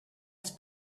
las